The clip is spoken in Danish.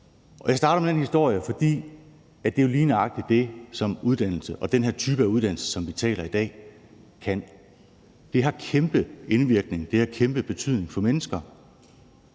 jeg starter med den historie, fordi det jo lige nøjagtig er det, som uddannelse og også den her type af uddannelse, som vi taler om i dag, kan. Det har kæmpe indvirkning, det har kæmpe betydning for mennesker,